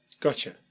gotcha